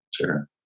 sure